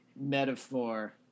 metaphor